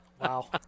wow